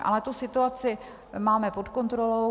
Ale tu situaci máme pod kontrolou.